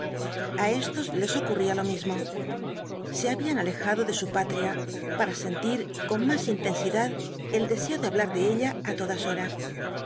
a éstos les ocurría lo mismo se habían alejado de su patria para sentir con más intensidad el deseo de hablar de ella á todas horas